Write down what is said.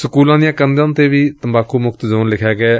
ਸਕੁਲਾਂ ਦੀਆਂ ਕੰਧਾਂ ਤੇ ਵੀ ਤੰਬਾਕੁ ਮੁਕਤ ਜ਼ੋਨ ਲਿਖਿਆ ਗਿਐ